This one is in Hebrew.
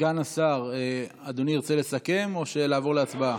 סגן השר, אדוני ירצה לסכם או שנעבור להצבעה?